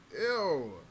Ew